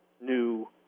new